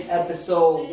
episode